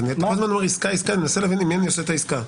אני מנסה להבין עם מי אני עושה את העסקה.